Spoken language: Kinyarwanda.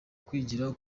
kwigira